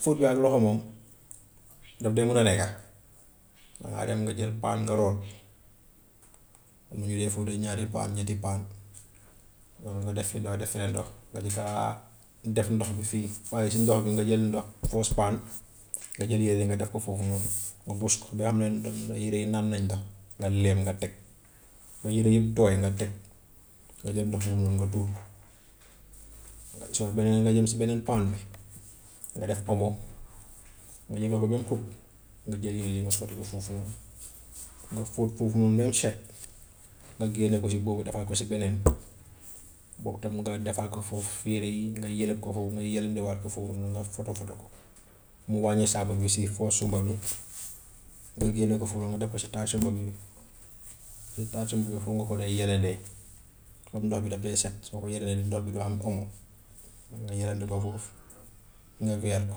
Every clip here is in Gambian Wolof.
Fóot bi ak loxo moom daf dee mun a nekka, dangaa dem nga jël paan nga root, am na ñu dee fóotee ñaari paan, ñetti paan loolu nga def fii ndox def fee ndox nga di ka def ndox bi fii, waaye si ndox bi nga jël ndox first paan, nga jël yére yi nga def ko foofu noonu nga bës ko ba xam ne ndo- mun na yére yi naan nañ ndox nga lem nga teg, ba yére yëpp tooy nga teg, nga jël ndox boobu noonu nga tuur ko. Nga so beneen nga dem si beneen paan bi nga def omo nga yëngal ko ba mu xub, nga jël yére yi nga sotti ko foofu noonu nga fóot foofu noonu ba mu set nga génne ko si boobu defaat ko si beneen, boobu tam nga defaat ko foofu yére yi nga yëlab ko foofu nga yelandiwaat ko foofu nga yelandiwaat ko foofu noonu nga foto foto ko mu wàññi saabu bi si first sumba bi nga génne ko foofu nga def ko si two sumba bi si two sumb bi foofu nga ko dee yelandee foofu ndox bi daf dee set, soo ko yelandee rek ndox bi du am omo, nga yelandi ko foofu nga weer ko.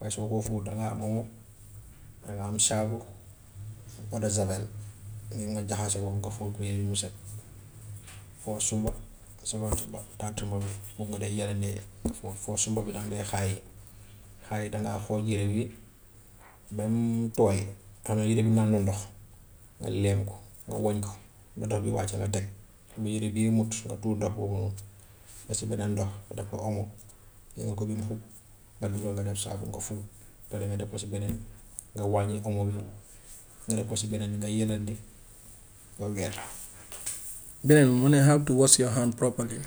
Waaye soo koo fóot dangaa am omo, danga am saabu, eau de javel, nga jaxase ko nga fóot weeri mu set. First sumba, segond sumba, four sumba bi foofu nga dee yelandee foofu first sumba bi danga day xaay, xaay dangaa xooj yére bi ba mu tooy, xam ne yére bi naan na ndox, nga lem ko, nga woñ ko ba ndox bi wàcci nga teg ba yére day muut nga tuur ndox boobu noonu def si beneen ndox nga def ko omo yëngal ko ba mu xub, nga dugal nga def saabu nga fóot su paree nga def ko si beneen nga wàññi omo bi nga def ko si beneen bi nga yelandi, nga weer.